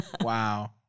Wow